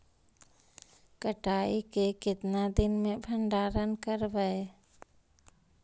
कटाई के कितना दिन मे भंडारन करबय?